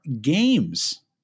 games